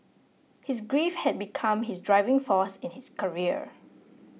his grief had become his driving force in his career